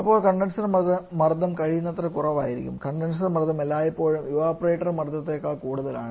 അപ്പോൾ കണ്ടൻസർ മർദ്ദം കഴിയുന്നത്ര കുറവായിരിക്കണം കണ്ടൻസർ മർദ്ദം എല്ലായ്പ്പോഴും ഇവപൊറേറ്റർ മർദ്ദത്തേക്കാൾ കൂടുതലാണ്